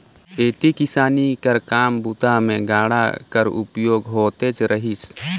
खेती किसानी कर काम बूता मे गाड़ा कर उपयोग होतेच रहिस